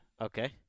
Okay